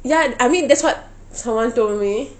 ya and I mean that's what someone told me